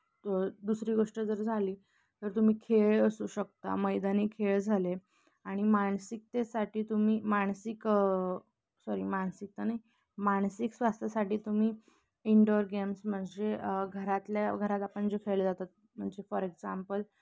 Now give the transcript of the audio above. तर दुसरी गोष्ट जर झाली तर तुम्ही खेळ असू शकता मैदानी खेळ झाले आणि मानसिकतेसाठी तुम्ही मानसिक सॉरी मानसिक तर नाही मानसिक स्वास्थ्यासाठी तुम्ही इनडोअर गेम्स म्हणजे घरातल्या घरात आपण जे खेळले जातात म्हणजे फॉर एक्झाम्पल